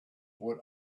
what